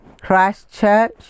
Christchurch